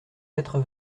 quatre